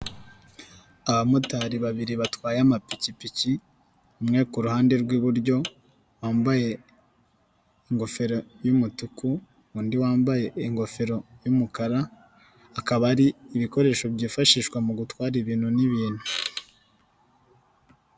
Abamotari babiri batwaye amapikipiki, umwe ku ruhande rw'iburyo, wambaye ingofero y'umutuku, undi wambaye ingofero y'umukara ,akaba ari ibikoresho byifashishwa mu gutwara ibintu n'ibintu.